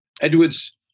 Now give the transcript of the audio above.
Edwards